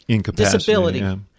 disability